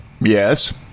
Yes